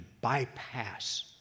bypass